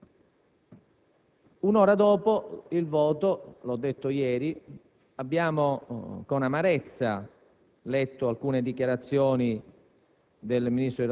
Un'ora dopo il voto - l'ho detto ieri - abbiamo letto con amarezza alcune dichiarazioni